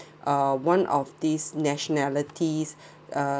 uh one of these nationalities uh